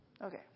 Okay